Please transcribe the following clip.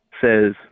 says